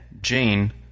Jane